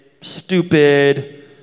stupid